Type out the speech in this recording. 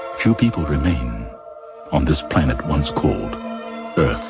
few people remain on this planet once called